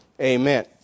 Amen